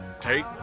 take